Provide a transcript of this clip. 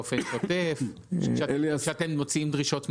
באופן שוטף כשאתם מוציאים דרישות מידע?